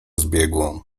zbiegłą